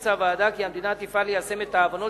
המליצה הוועדה כי המדינה תפעל ליישם את ההבנות